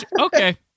Okay